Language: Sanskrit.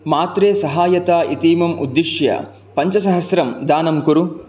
मात्रे सहायता इतीमम् उद्दिश्य पञ्च सहस्रं दानं कुरु